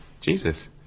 Jesus